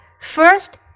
first